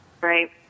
Right